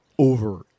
Over